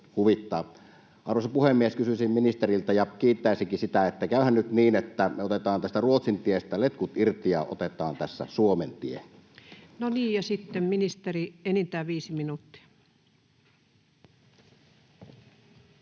Arvoisa puhemies! Kysyisin ministeriltä ja kiittäisinkin: käyhän nyt niin, että me otetaan tästä Ruotsin tiestä letkut irti ja otetaan tässä Suomen tie? No niin. — Ja sitten ministeri, enintään viisi minuuttia.